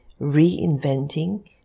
reinventing